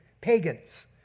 pagans